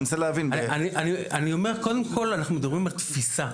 אני קודם כל אומר שאנחנו מדברים על תפיסה.